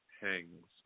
hangs